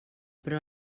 però